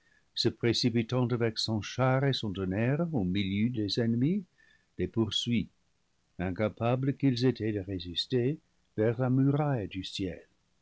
se précipitant avec son char et son tonnerre au milieu des ennemis les poursuit incapables qu'ils étaient de résister vers la muraille du ciel